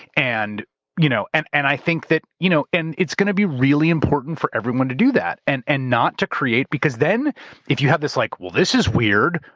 and you know and and i think that. you know and it's going to be really important for everyone to do that and and not to create, because then if you have this like, well, this is weird.